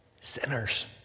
sinners